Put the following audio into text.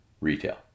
retail